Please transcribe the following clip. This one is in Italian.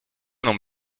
non